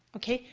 okay?